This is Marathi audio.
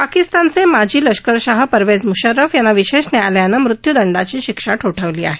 पाकिस्तानचे माजी लष्करशाह परवेज मूशर्फ यांना विशेष न्यायालयानं मृत्यूदंडाची शिक्षा ठोठावली आहे